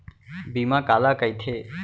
बीमा काला कइथे?